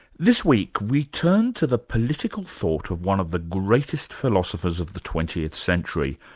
this week, we turn to the political thought of one of the greatest philosophers of the twentieth century,